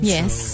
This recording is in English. Yes